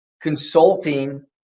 consulting